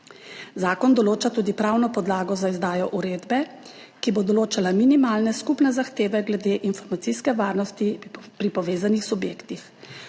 Zakon določa tudi pravno podlago za izdajo uredbe, ki bo določala minimalne skupne zahteve glede informacijske varnosti pri povezanih subjektih.